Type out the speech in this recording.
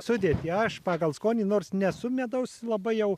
sudėtį aš pagal skonį nors nesu medaus labai jau